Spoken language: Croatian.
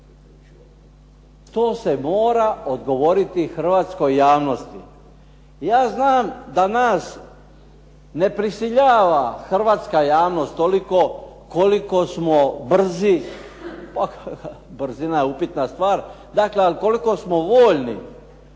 To se mora odgovoriti hrvatskoj javnosti. Ja znam da nas ne prisiljava hrvatska javnost toliko koliko smo brzi. Brzina je upitna stvar. Dakle ali koliko smo voljni